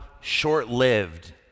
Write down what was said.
short-lived